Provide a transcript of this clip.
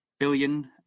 Billion